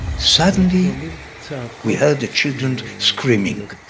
suddenly so we heard the children screaming,